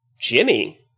Jimmy